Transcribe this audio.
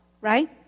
right